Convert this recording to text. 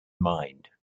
mind